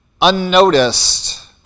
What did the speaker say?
unnoticed